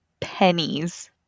pennies